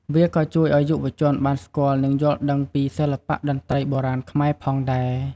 វាក៏ជួយឲ្យយុវជនបានស្គាល់ និងយល់ដឹងពីសិល្បៈតន្ត្រីបុរាណខ្មែរផងដែរ។